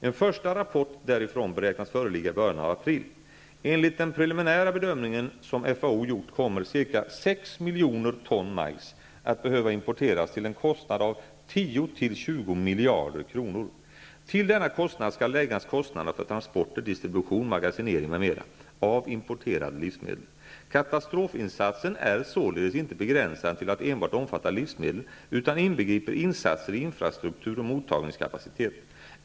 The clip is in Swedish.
En första rapport därifrån beräknas föreligga i början av april. Enligt den preliminära bedömning som FAO har gjort kommer ca 6 miljoner ton majs att behöva importeras till en kostnad av 10-20 miljarder kronor. Till denna kostnad skall läggas kostnaderna för transporter, distribution, magasinering, m.m. av importerade livsmedel. Katastrofinsatsen är således inte begränsad till att enbart omfatta livsmedel utan inbegriper insatser i infrastruktur och mottagningskapacitet.